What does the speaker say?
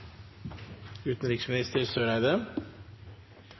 utenriksminister,